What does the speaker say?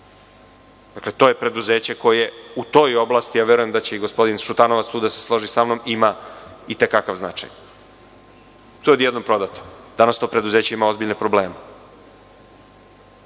Dakle, to je preduzeće koje u toj oblasti, a verujem da će se i gospodin Šutanovac tu složiti sa mnom, ima i te kako veliki značaj. To je odjednom prodato. Danas to preduzeće ima ozbiljne probleme.